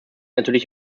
natürlich